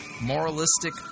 moralistic